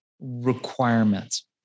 requirements